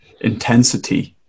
intensity